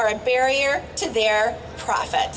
a barrier to their profit